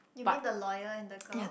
you mean the lawyer and the girl